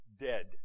dead